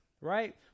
right